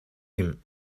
him